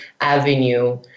avenue